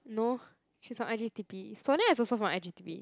no she's from i_g_t_p Sonia is also from i_g_t_p